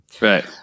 Right